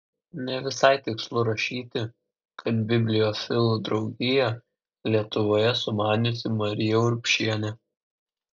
ne visai tikslu rašyti kad bibliofilų draugiją lietuvoje sumaniusi marija urbšienė